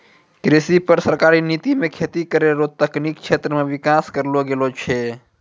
कृषि पर सरकारी नीति मे खेती करै रो तकनिकी क्षेत्र मे विकास करलो गेलो छै